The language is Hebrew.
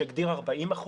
שהגדיר 40 אחוזים,